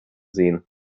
sehen